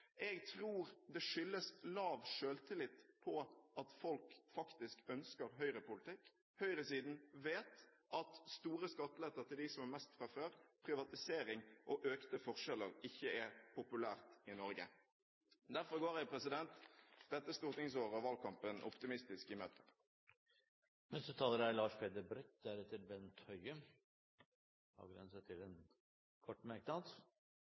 Jeg tror det skyldes lav selvtillit på at folk faktisk ønsker høyrepolitikk. Høyresiden vet at store skatteletter til dem som har mest fra før, privatisering og økte forskjeller ikke er populært i Norge. Derfor går jeg dette stortingsåret og valgkampen optimistisk i møte. Det har vært en interessant debatt, som har klargjort viktige forskjeller. Jeg har lyst til